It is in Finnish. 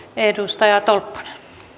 arvoisa puhemies